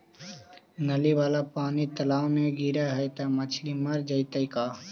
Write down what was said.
नली वाला पानी तालाव मे गिरे है त मछली मर जितै का?